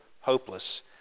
hopeless